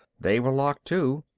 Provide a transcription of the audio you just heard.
they were locked too.